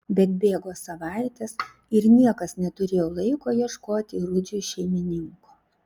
bet bėgo savaitės ir niekas neturėjo laiko ieškoti rudžiui šeimininko